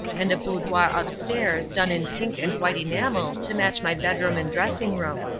and a boudoir upstairs done in pink and white enamel to match my bedroom and dressing-room.